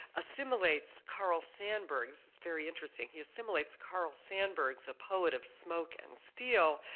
assimilates carl sandburg this is very interesting he assimilates carl sandburg, a poet of smoke and steel,